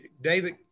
David